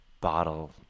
bottle